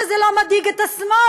זה לא מדאיג את השמאל,